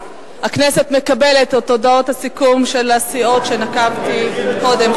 הכנסת מקבלת את הודעות הסיכום של הסיעות שנקבתי בשמן קודם.